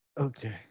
Okay